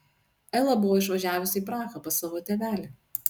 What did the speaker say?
ela buvo išvažiavusi į prahą pas savo tėvelį